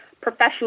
professional